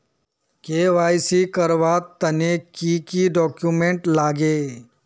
KYC करवार तने की की डॉक्यूमेंट लागे?